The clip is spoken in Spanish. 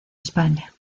españa